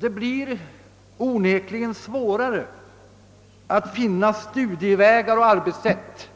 Det blir onekligen besvärligare att finna studievägar och arbetssätt